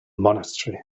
monastery